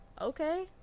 Okay